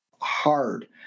hard